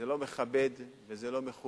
זה לא מכבד וזה לא מכובד.